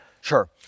Sure